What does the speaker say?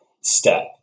step